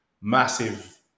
massive